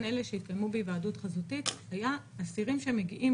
אלה שהתקיימו בהיוועדות חזותית היה אסירים שמגיעים